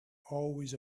always